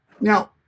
now